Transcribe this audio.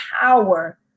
power